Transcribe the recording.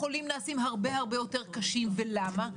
החולים נעשים הרבה הרבה יותר קשים ולמה?